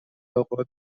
آقا